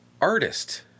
artist